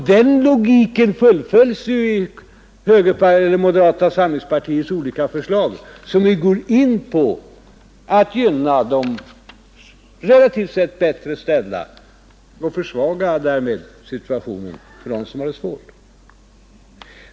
Den logiken fullföljs i moderata samlingspartiets olika förslag, som ju går ut på att gynna de relativt sett bättre ställda och därmed försvaga situationen för dem som har det svårt.